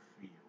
feel